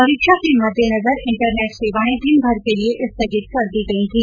परीक्षा के मद्देनजर इंटरनेट सेवाएं दिनभर के लिए स्थगित कर दी गई थी